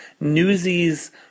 Newsies